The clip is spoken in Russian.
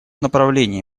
направлении